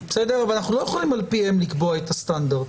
אבל אנחנו לא יכולים על פיהם לקבוע את הסטנדרט.